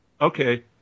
Okay